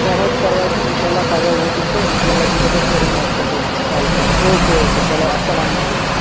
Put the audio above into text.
کٕہٲنۍ تہِ پرواے چُھنہٕ انشاءاللہ پگہہ وۄتُس بہٕ انشاءاللہ دِمہٕ بہٕ تۄہہِ سورُے مسلہٕ حل کٔرتھ اوکے اوکے چَلو اسلامُ علیکُم